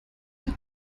die